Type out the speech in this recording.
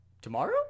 Tomorrow